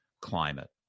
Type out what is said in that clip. climate